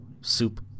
soup